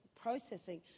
processing